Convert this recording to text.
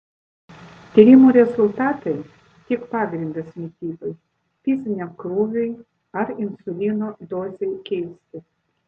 tyrimų rezultatai tik pagrindas mitybai fiziniam krūviui ar insulino dozei keisti